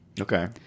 Okay